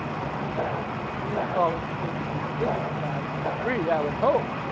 i think any college student in my physics class would agree. i would hope,